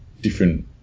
different